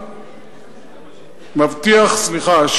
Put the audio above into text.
סליחה,